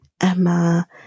Emma